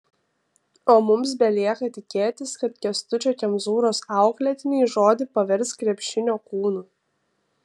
o mums belieka tikėtis kad kęstučio kemzūros auklėtiniai žodį pavers krepšinio kūnu